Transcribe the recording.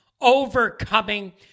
overcoming